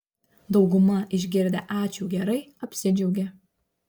dauguma išgirdę ačiū gerai apsidžiaugia